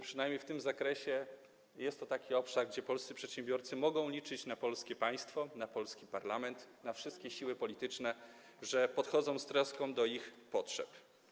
Przynajmniej w tym zakresie jest obszar, gdzie polscy przedsiębiorcy mogą liczyć na polskie państwo, na polski parlament, na wszystkie siły polityczne, które podchodzą z troską do ich potrzeb.